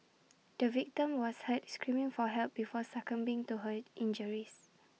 the victim was heard screaming for help before succumbing to her injuries